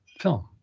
film